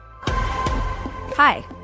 Hi